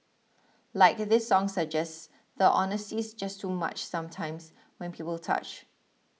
like this song suggests the honesty's just too much sometimes when people touch